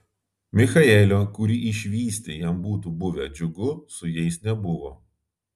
michaelio kurį išvysti jam būtų buvę džiugu su jais nebuvo